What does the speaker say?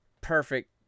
perfect